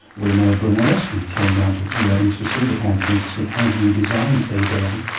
we know brunelleschi came down to rome to see the pantheon, to see how do you design a dome,